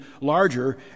larger